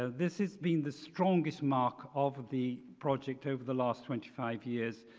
this is being the strongest mark of the project over the last twenty five years.